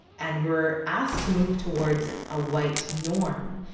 and we're asked to move towards a white norm,